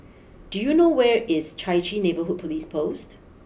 do you know where is Chai Chee Neighbourhood police post